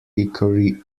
hickory